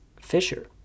Fisher